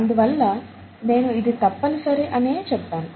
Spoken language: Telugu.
అందువల్ల నేను ఇది తప్పనిసరి అనే చెబుతాను